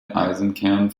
eisenkern